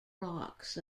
rocks